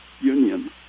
Union